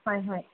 হয় হয়